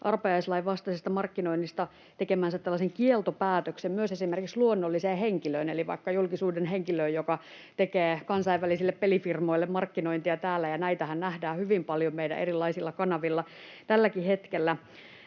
arpajaislain vastaisesta markkinoinnista tekemänsä kieltopäätöksen myös luonnolliseen henkilöön eli vaikka julkisuuden henkilöön, joka tekee kansainvälisille pelifirmoille markkinointia täällä. Näitähän nähdään hyvin paljon meillä erilaisilla kanavilla tälläkin hetkellä.